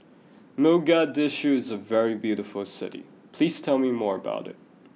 Mogadishu is a very beautiful city please tell me more about it